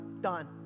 done